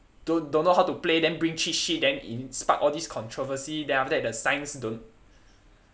don't don't know how to play then bring cheat sheet then spark all these controversy then after that the science don't